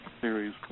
series